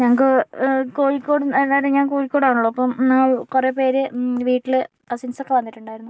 ഞങ്ങൾക്ക് കോഴിക്കോടിൽനിന്ന് അതായത് ഞാൻ കോഴിക്കോടാണല്ലോ അപ്പോൾ കുറേ പേര് വീട്ടില് കസിൻസൊക്കെ വന്നിട്ടുണ്ടായിരുന്നു